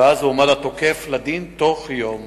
רצוני לשאול: